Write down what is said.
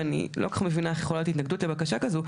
ואני לא כל כך מבינה איך יכולה להיות התנגדות לבקשה כזאת.